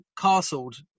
castled